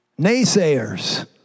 Naysayers